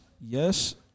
Yes